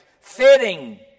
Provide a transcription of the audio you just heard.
fitting